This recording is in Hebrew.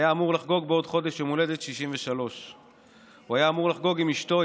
היה אמור לחגוג בעוד חודש יום הולדת 63. הוא היה אמור לחגוג עם אשתו,